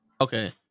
Okay